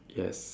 yes